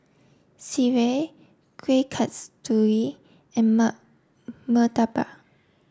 Sireh Kueh Kasturi and Murtabak